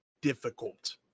Difficult